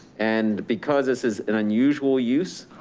and because this is an unusual use,